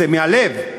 זה מהלב,